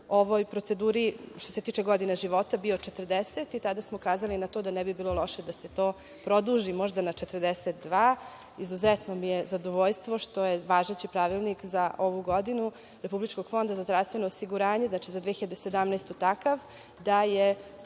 ovoj proceduri što se tiče godina života bio 40 i tada smo kazali na to da ne bi bilo loše da se to produži, možda na 42.Izuzetno mi je zadovoljstvo što je važeći Pravilnik za ovu godinu Republičkog fonda za zdravstveno osiguranje, znači za 2017. godinu, takav da je